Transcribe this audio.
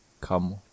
come